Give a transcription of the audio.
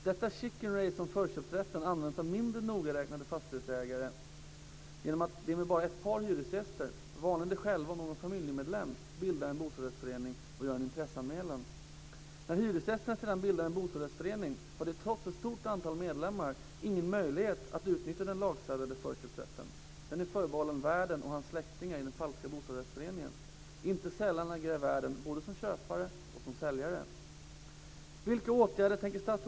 Detta chicken race om förköpsrätten används av mindre nogräknade fastighetsägare genom att de med bara ett par hyresgäster, vanligen de själva och någon familjemedlem, bildar en bostadsrättsförening och gör en intresseanmälan. När hyresgästerna sedan bildar en bostadsrättsförening har de trots ett stort antal medlemmar ingen möjlighet att utnyttja den lagstadgade förköpsrätten. Den är förbehållen värden och hans släktingar i den falska bostadsrättsföreningen. Inte sällan agerar värden både som köpare och som säljare.